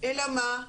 אלא מה,